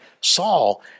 Saul